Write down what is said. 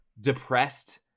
depressed